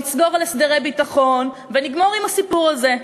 נסגור על הסדרי ביטחון ונגמור עם הסיפור הזה.